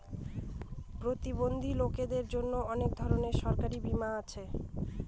প্রতিবন্ধী লোকদের জন্য অনেক ধরনের সরকারি বীমা আছে